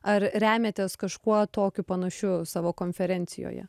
ar remiatės kažkuo tokiu panašiu savo konferencijoje